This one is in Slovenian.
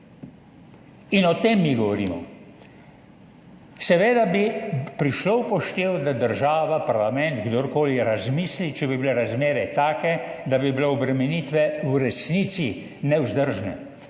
in o tem mi govorimo. Seveda bi prišlo v poštev, da država, parlament, kdor koli razmisli, če bi bile razmere take, da bi bile obremenitve v resnici nevzdržne,